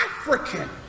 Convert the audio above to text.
African